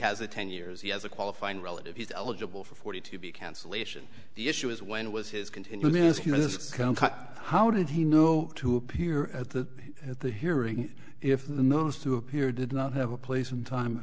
has a ten years he has a qualifying relative he's eligible for forty to be cancellation the issue is when it was his continually ask you this how did he know to appear at the at the hearing if when those two appear did not have a place and time